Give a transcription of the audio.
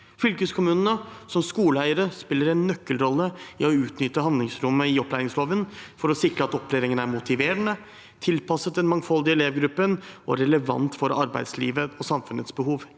Fylkeskommunene som skoleeiere spiller en nøkkelrolle i å utnytte handlingsrommet i opplæringsloven, for å sikre at opplæringen er motiverende, tilpasset den mangfoldige elevgruppen og relevant for arbeidslivets og samfunnets behov.